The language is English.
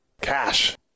Cash